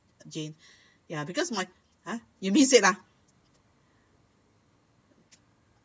jane ya because my ah you missed it ah